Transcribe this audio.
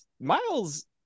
Miles